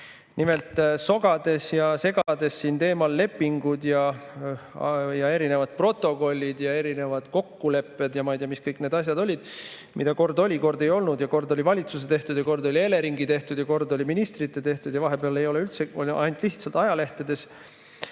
Nimelt, sogades ja segades siin lepingute, protokollide ja kokkulepete teemal ja ma ei tea, mis kõik need asjad olid, mida kord oli ja kord ei olnud, kord oli valitsuse tehtud ja kord oli Eleringi tehtud, kord oli ministrite tehtud ja vahepeal ei olnud üldse, oli lihtsalt ajalehtedes